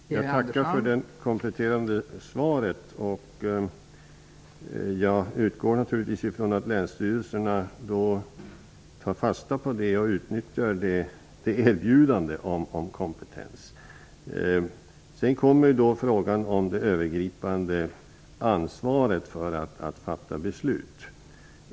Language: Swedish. Fru talman! Jag tackar för det kompletterande svaret. Jag utgår naturligtvis ifrån att länsstyrelserna tar fasta på detta och utnyttjar erbjudandet om kompetens. Sedan till frågan om det övergripande ansvaret för att fatta beslut.